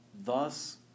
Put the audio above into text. Thus